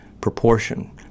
proportion